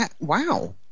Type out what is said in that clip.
Wow